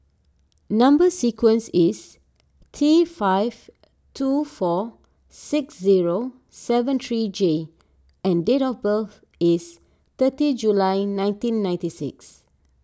Number Sequence is T five two four six zero seven three J and date of birth is thirty July nineteen ninety six